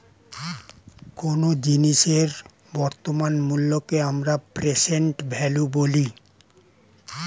কোনো জিনিসের বর্তমান মূল্যকে আমরা প্রেসেন্ট ভ্যালু বলি